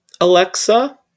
Alexa